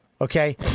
Okay